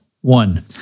One